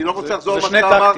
אני לא רוצה לחזור על מה שנאמר.